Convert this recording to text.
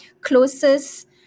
closest